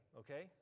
okay